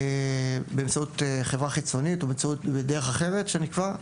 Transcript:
באמצעות חברה חיצונית, או בדרך אחרת שנקבע.